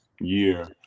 year